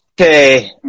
Okay